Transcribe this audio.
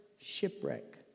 shipwreck